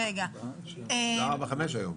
זה 4-5 היום,